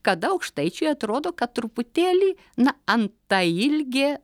kada aukštaičiai atrodo kad truputėlį na antailgė